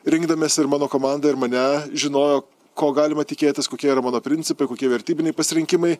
rinkdamiesi ir mano komandą ir mane žinojo ko galima tikėtis kokie yra mano principai kokie vertybiniai pasirinkimai